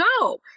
go